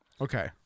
Okay